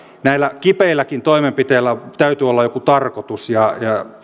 näillä kipeilläkin toimenpiteillä täytyy olla joku tarkoitus ja